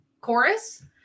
chorus